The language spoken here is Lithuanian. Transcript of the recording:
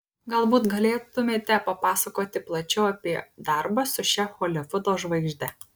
galbūt galėtumėte papasakoti plačiau apie darbą su šia holivudo žvaigžde